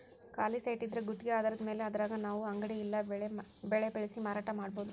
ಖಾಲಿ ಸೈಟಿದ್ರಾ ಗುತ್ಗಿ ಆಧಾರದ್ಮ್ಯಾಲೆ ಅದ್ರಾಗ್ ನಾವು ಅಂಗಡಿ ಇಲ್ಲಾ ಬೆಳೆ ಬೆಳ್ಸಿ ಮಾರಾಟಾ ಮಾಡ್ಬೊದು